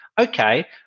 okay